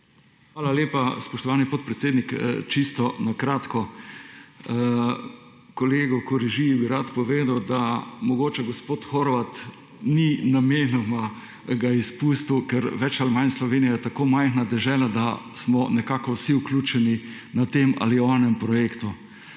Hvala lepa, spoštovani podpredsednik. Čisto na kratko. Kolegi Koražiji bi rad povedal, da mogoče gospod Horvat ni namenoma ga izpustil, ker več ali manj, Slovenija je tako majhna dežela, da smo nekako vsi vključeni na tem ali onem projektu.